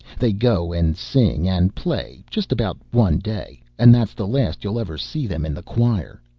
they go and sing and play just about one day, and that's the last you'll ever see them in the choir.